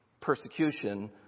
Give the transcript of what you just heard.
persecution